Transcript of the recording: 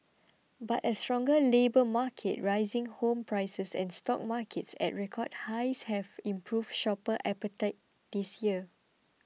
but a stronger labour market rising home prices and stock markets at record highs have improved shopper appetite this year